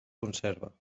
conserva